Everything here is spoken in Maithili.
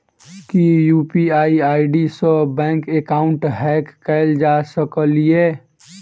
की यु.पी.आई आई.डी सऽ बैंक एकाउंट हैक कैल जा सकलिये?